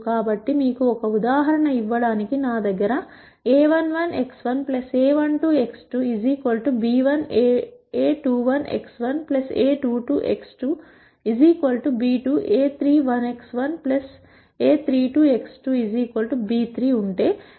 కాబట్టి మీకు ఒక ఉదాహరణ ఇవ్వడానికి నా దగ్గర a11x1 a12x2 b1 a21x1 a22x2 b2 a31x1 a32x2 b3 ఉంటే